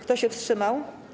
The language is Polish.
Kto się wstrzymał?